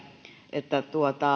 että